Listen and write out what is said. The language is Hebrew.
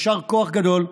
יישר כוח גדול.